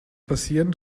passieren